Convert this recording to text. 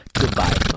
Goodbye